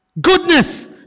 goodness